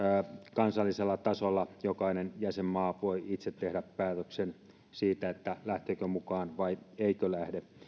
kansallisella tasolla jokainen jäsenmaa voi itse tehdä päätöksen siitä lähteekö mukaan vai eikö lähde